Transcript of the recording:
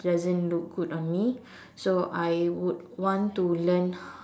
doesn't look good on me so I would want to learn